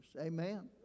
Amen